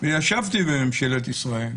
וישבתי בממשלת ישראל,